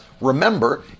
remember